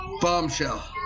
Bombshell